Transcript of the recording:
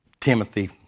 Timothy